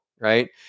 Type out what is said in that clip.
right